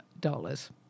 dollars